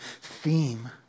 theme